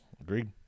Agreed